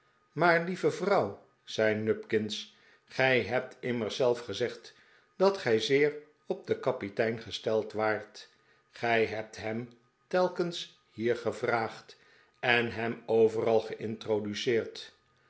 maar lieve vrouw zei nupkins gij hebt immers zelf gezegd dat gij zeer op den kapitein gesteld waart gij hebt hem telkens hier gevraagd en hem overal